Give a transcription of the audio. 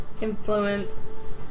Influence